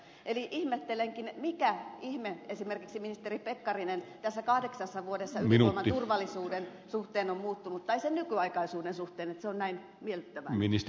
eli ihmettelenkin mikä ihme esimerkiksi ministeri pekkarinen tässä kahdeksassa vuodessa ydinvoiman turvallisuuden suhteen on muuttunut tai sen nykyaikaisuuden suhteen että se on näin miellyttävää